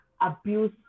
abuse